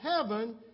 heaven